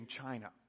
China